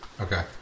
Okay